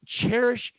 cherish